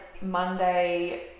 Monday